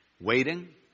Waiting